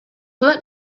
let